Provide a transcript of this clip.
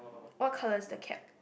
what colour is the cap